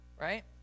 right